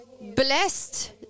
blessed